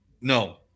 no